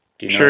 Sure